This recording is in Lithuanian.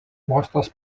uostas